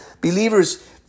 Believers